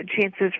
chances